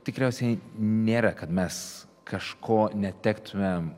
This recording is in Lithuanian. tikriausiai nėra kad mes kažko netektumėm